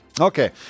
Okay